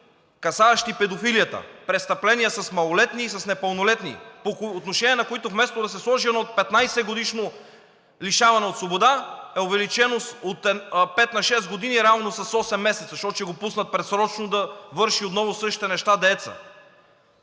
за педофилията – престъпления с малолетни и с непълнолетни, по отношение на които вместо да се сложи едно 15-годишно лишаване от свобода, е увеличено от 5 на 6 години, а реално с 8 месеца, защото ще го пуснат предсрочно, за да върши деецът отново същите неща.